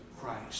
Christ